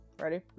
ready